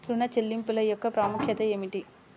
ఋణ చెల్లింపుల యొక్క ప్రాముఖ్యత ఏమిటీ?